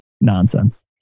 nonsense